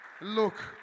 look